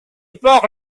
pont